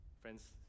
friends